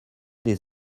des